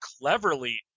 cleverly